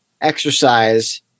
exercise